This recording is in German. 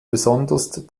besonders